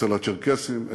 אצל הצ'רקסים,